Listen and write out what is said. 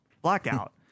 blackout